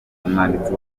umwanditsi